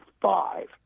five